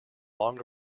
long